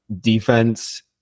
Defense